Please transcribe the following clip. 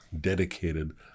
dedicated